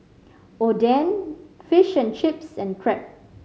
Oden Fish and Chips and Crepe